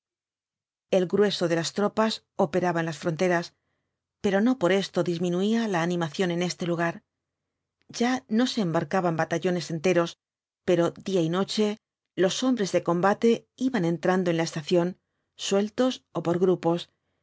el grueso de las tropas operaba en las fronteras pero no por esto disminuía la animación en este lugar ya no se embarcaban batallones enteros pero día y noche los hombres de combate iban entrando en la estación sueltos ó por grupos